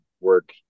work